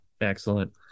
excellent